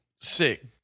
sick